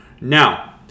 Now